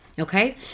okay